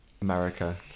America